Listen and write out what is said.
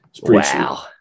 Wow